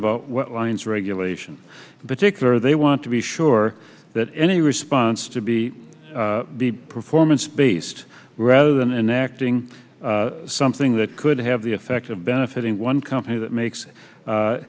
about lines regulation particular they want to be sure that any response to be the performance based rather than enacting something that could have the effect of benefiting one company that makes